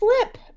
flip